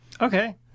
Okay